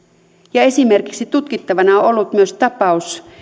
ja esimerkiksi tutkittavana on ollut myös tapaus